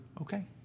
okay